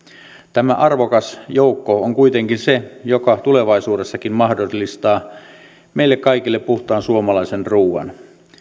tämä arvokas joukko on kuitenkin se joka tulevaisuudessakin mahdollistaa meille kaikille puhtaan suomalaisen ruuan